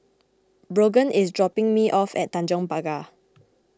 Brogan is dropping me off at Tanjong Pagar